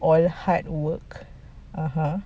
all hard work (uh huh)